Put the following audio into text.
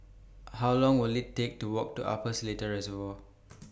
How Long Will IT Take to Walk to Upper Seletar Reservoir